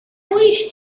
wished